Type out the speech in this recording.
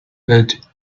but